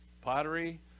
pottery